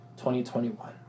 2021